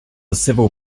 civil